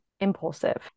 impulsive